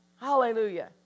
Hallelujah